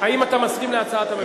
האם אתה מסכים להצעת הממשלה?